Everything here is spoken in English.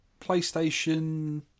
PlayStation